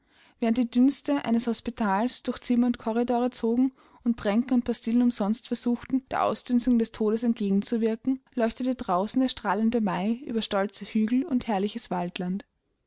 während die dünste eines hospitals durch zimmer und korridore zogen und tränke und pastillen umsonst versuchten der ausdünstung des todes entgegen zu wirken leuchtete draußen der strahlende mai über stolze hügel und herrliches waldland